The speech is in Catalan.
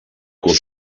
curs